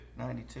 92